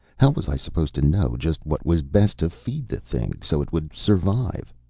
how was i supposed to know just what was best to feed the thing, so it would survive?